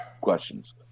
questions